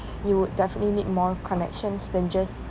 you would definitely need more connections than just